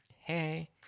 Hey